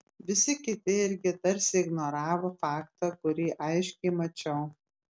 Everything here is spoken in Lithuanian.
visi kiti irgi tarsi ignoravo faktą kurį aiškiai mačiau